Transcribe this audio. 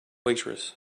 waitress